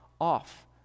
off